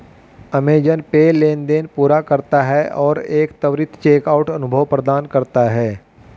Amazon pay लेनदेन पूरा करता है और एक त्वरित चेकआउट अनुभव प्रदान करता है